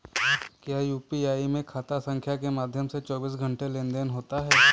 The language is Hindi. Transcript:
क्या यू.पी.आई में खाता संख्या के माध्यम से चौबीस घंटे लेनदन होता है?